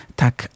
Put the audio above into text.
tak